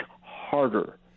harder